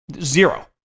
Zero